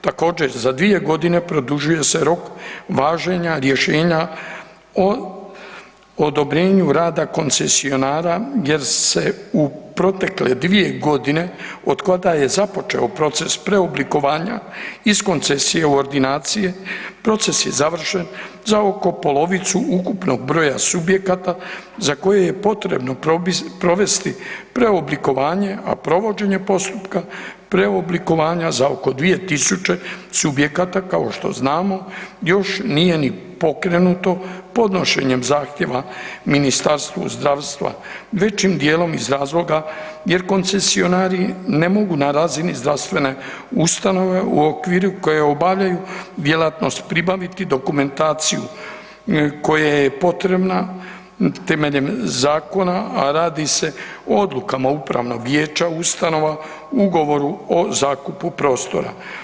Također, za 2 g. produžuje se rok važenja rješenja o odobrenju rada koncesionara jer se u protekle 2 g. otkada je započeo proces preoblikovanja iz koncesije u ordinacije, proces je završen za oko polovicu ukupnog broja subjekata za koje je potrebno provesti preoblikovanje a provođenje postupka preoblikovanja za oko 200 subjekata kao što znamo, još nije ni pokrenuto podnošenjem zahtjeva Ministarstvu zdravstva, većim djelom iz razloga jer koncesionari ne mogu na razini zdravstvene ustanove u okviru koji obavljaju djelatnost, pribaviti dokumentaciju koja je potrebna temeljem zakona a radi se o odlukama upravnog vijeća ustanova u ugovoru o zakupu prostora.